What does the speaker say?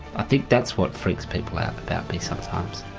i think that's what freaks people out about me sometimes